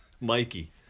Mikey